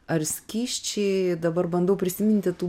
ar skysčiai dabar bandau prisiminti tų